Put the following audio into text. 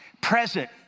present